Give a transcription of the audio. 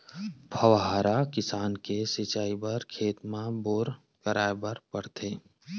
फव्हारा किसम के सिचई बर खेत म बोर कराए बर परथे